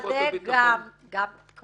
שתוודא גם -- גם לשב"כ ולכל כוחות הביטחון.